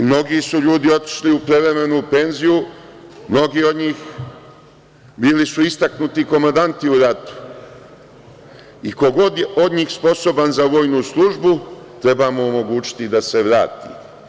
Mnogi su ljudi otišli u prevremenu penziju, mnogi od njih bili su istaknuti komandanti u ratu i ko god je od njih sposoban za vojnu službu treba mu omogućiti da se vrati.